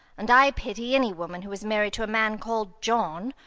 and i pity any woman who is married to a man called john.